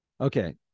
okay